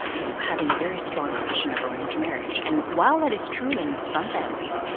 but you know, having a very strong tradition of arranged marriage. and while that is true in some families,